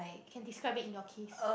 can describe it in your case